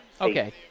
Okay